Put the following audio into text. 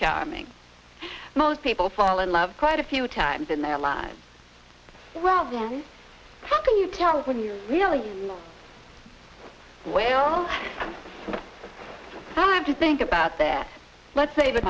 charming most people fall in love quite a few times in their lives well then how can you tell when you really where all the time to think about that let's say the